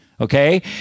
Okay